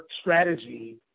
strategy